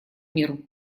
миру